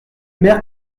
mères